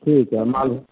ठीक है मालभोग